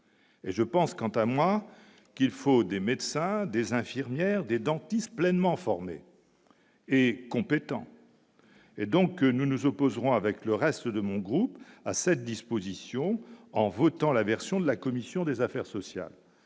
Et je pense quant à moi qu'il faut des médecins, des infirmières, des dentistes pleinement formée. Et compétents. Et donc nous nous opposerons avec le reste de mon groupe à cette disposition en votant la version de la commission des affaires sociales,